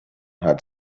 had